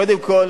קודם כול